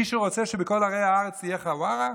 מישהו רוצה שבכל ערי הארץ יהיה חווארה?